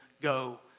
go